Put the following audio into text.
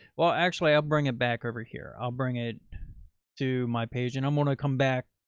well, actually i'll bring it back over here. i'll bring it to my patient. i'm going to come back